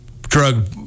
drug